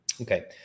okay